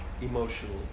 emotionally